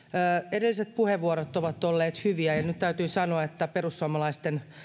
edelliset puheenvuorot ovat olleet hyviä ja nyt täytyy sanoa että perussuomalaisten